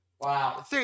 Wow